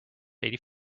eighty